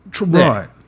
right